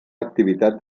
activitat